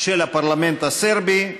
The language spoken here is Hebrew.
של הפרלמנט הסרבי,